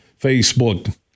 Facebook